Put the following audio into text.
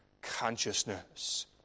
consciousness